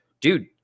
dude